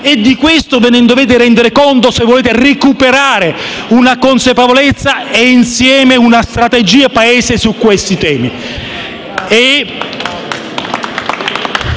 e di questo dovete rendervi conto se volete recuperare una consapevolezza e, insieme, una strategia per il Paese su questi temi.